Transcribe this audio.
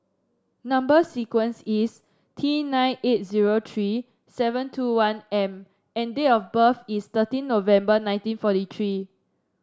number sequence is T nine eight zero tree seven two one M and date of birth is thirteen November nineteen forty tree